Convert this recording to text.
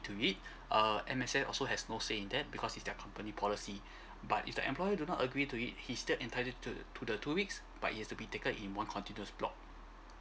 to it err M_S_F also has no say in that because is their company policy but if the employer do not agree to it he's still entitled to to the two weeks but it has to be taken in one continuous block